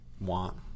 want